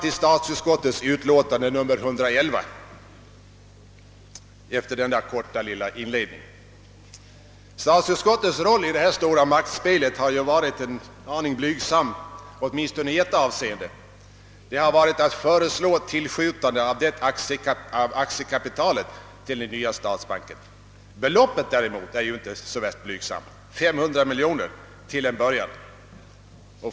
Efter denna inledning skall jag övergå till statsutskottets utlåtande nr 111. Statsutskottets roll i det stora maktspelet har ju varit en smula blygsam, åtminstone i ett avseende. Den har endast gällt att föreslå tillskjutandet av aktiekapitalet till den nya statsbanken. Beloppet däremot är ju inte särskilt blygsamt, 500 miljoner — till en början.